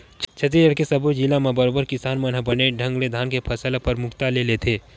छत्तीसगढ़ के सब्बो जिला म बरोबर किसान मन ह बने ढंग ले धान के फसल ल परमुखता ले लेथे